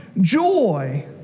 joy